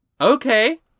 Okay